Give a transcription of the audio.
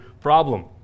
problem